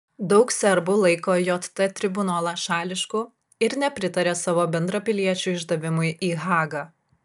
daug serbų laiko jt tribunolą šališku ir nepritaria savo bendrapiliečių išdavimui į hagą